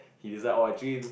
he decide oh actually